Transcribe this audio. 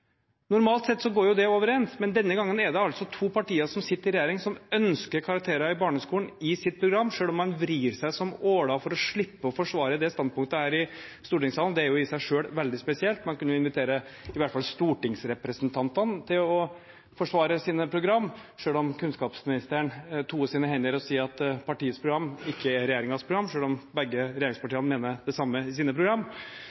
Normalt sett går det overens, men denne gangen er det to partier som sitter i regjering, som ønsker karakterer i barneskolen i sine programmer, selv om man vrir seg som åler for å slippe å forsvare det standpunktet her i stortingssalen. Det er i seg selv veldig spesielt. Man kunne iallfall invitert stortingsrepresentantene til å forsvare sine programmer, selv om kunnskapsministeren toer sine hender og sier at partiets program ikke er regjeringens program, selv om begge